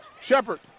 Shepard